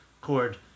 chord